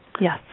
Yes